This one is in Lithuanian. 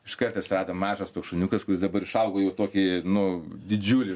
iškart atsirado mažas toks šuniukas kuris dabar išaugo jau tokį nu didžiulį